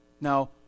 Now